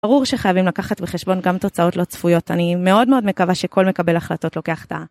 ברור שחייבים לקחת בחשבון גם תוצאות לא צפויות. אני מאוד מאוד מקווה שכל מקבל החלטות לוקח את ה...